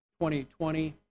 2020